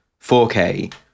4K